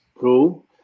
Cool